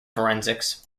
forensics